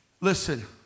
Listen